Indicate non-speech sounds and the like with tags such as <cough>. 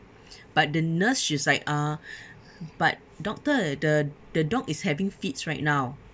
but the nurse she was like uh <breath> but doctor the the dog is having fits right now